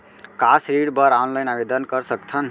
का ऋण बर ऑनलाइन आवेदन कर सकथन?